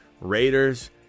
Raiders